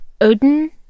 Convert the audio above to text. Odin